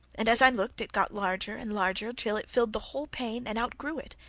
and as i looked it got larger and larger till it filled the whole pane and outgrew it,